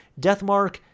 Deathmark